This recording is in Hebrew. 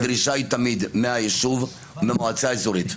הדרישה היא תמיד מהיישוב, מהמועצה האזורית.